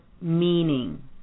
meaning